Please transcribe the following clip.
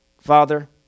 Father